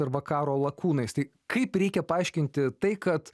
arba karo lakūnais tai kaip reikia paaiškinti tai kad